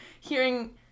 hearing